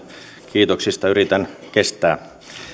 kiitoksista yritän kestää